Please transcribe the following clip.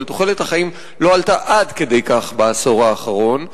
אבל תוחלת החיים לא עלתה עד כדי כך בעשור האחרון,